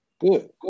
good